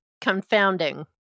confounding